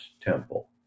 temple